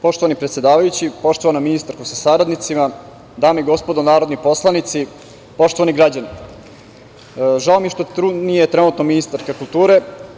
Poštovani predsedavajući, poštovana ministarko sa saradnicima, dame i gospodo narodni poslanici, poštovani građani, žao mi je što tu nije ministarka kulture.